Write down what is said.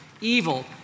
evil